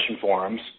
Forums